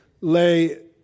lay